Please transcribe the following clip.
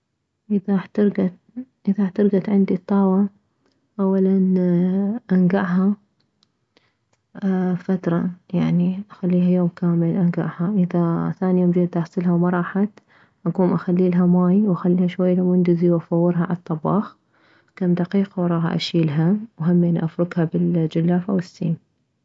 اذا احتركت اذا احتركت عندي الطاوة اولا انكعها فترة يعني اخليها يوم كامل انكعها اذا ثاني يوم جيت اغسلها وما راحت اكوم اخليلها ماي واخليلها شوية لمندزي وافورها عالطباخ كم دقيقة وراها اشيلها وهمين افركها بالجلافة والسيم